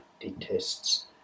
detests